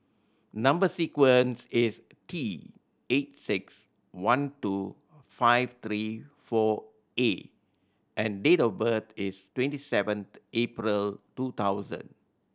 number sequence is T eight six one two five three four A and date of birth is twenty seven April two thousand